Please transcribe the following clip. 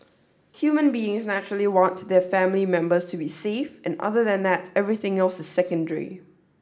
human beings naturally want their family members to be safe and other than that everything else is secondary